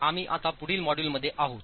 आम्ही आता पुढील मॉड्यूलमध्ये आहोत